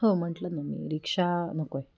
हो म्हटलं ना मी रिक्षा नको आहे